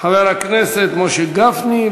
חבר הכנסת משה גפני.